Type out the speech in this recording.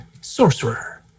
Sorcerer